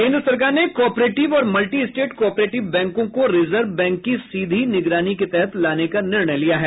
केन्द्र सरकार ने कॉपरेटिव और मल्टी स्टेट कॉपरेटिव बैंकों को रिजर्व बैंक की सीधी निगरानी के तहत लाने का निर्णय लिया है